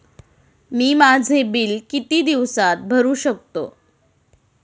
मी माझे बिल किती दिवसांत भरू शकतो?